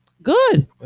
Good